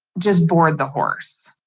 just board the horse.